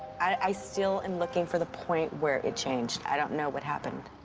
i still am looking for the point where it changed. i don't know what happened.